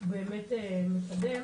הוא באמת מקדם.